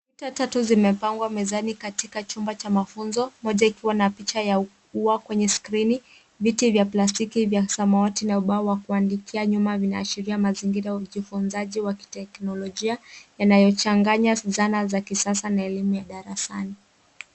Kompyuta tatu zimepangwa mezani katika chumba cha mafunzo, moja ikiwa na picha ya ua kwenye skrini. Viti vya plastiki vya samawati na ubao wa kuandikia nyuma inaashiria mazingira ya ujifunzaji wa kiteknolojia yanayochanganya zana za kisasa na elimu ya darasani.